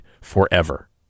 forever